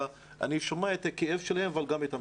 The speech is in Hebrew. אני שומע את הכאב שלהם וגם את המצוקה.